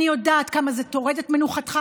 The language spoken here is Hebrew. אני יודעת כמה זה טורד את מנוחתך,